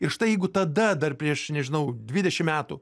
ir štai jeigu tada dar prieš nežinau dvidešim metų